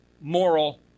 moral